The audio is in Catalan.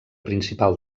principal